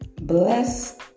Bless